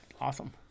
awesome